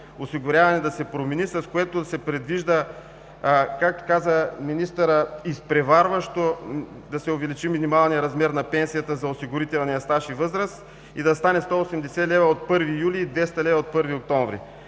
осигуряване да се промени, с което се предвижда, както каза министърът, изпреварващо да се увеличи минималният размер на пенсията за осигурителен стаж и възраст и да стане 180 лв. от 1 юли и 200 лв. от 1 октомври